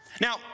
Now